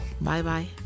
Bye-bye